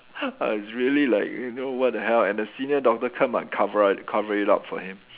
I was really like you know what the hell and the senior doctor come and cover up cover it up for him